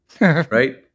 right